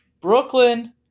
Brooklyn